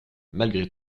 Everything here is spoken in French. malgré